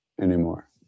anymore